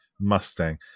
Mustang